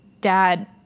dad